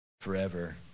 forever